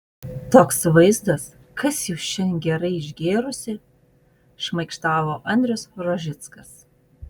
toks vaizdas kas jūs šian gerai išgėrusi šmaikštavo andrius rožickas